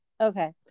Okay